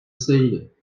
sale